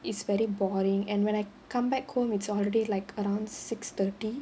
it's very boring and when I come back home it's already like around six thirty